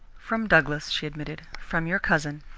from douglas, she admitted, from your cousin.